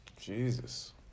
Jesus